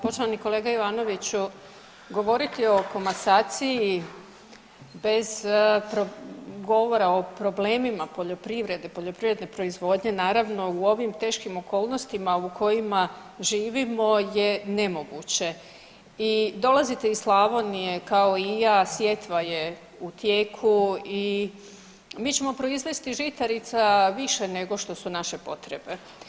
Poštovani kolega Ivanoviću, govoriti o komasaciji bez govora o problemima poljoprivrede i poljoprivredne proizvodnje naravno u ovim teškim okolnostima u kojima živimo je nemoguće i dolazite iz Slavonije kao i ja, sjetva je u tijeku i mi ćemo proizvesti žitarica više nego što su naše potrebe.